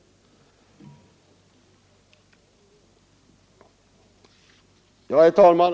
Herr talman!